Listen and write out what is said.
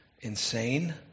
insane